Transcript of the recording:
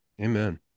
Amen